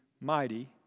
mighty